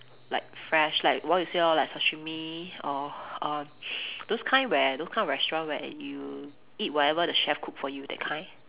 like fresh like what you say lor like sashimi or uh those kind where those kind of restaurant where you eat whatever the chef cook for you that kind